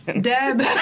Deb